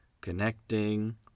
Connecting